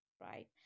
right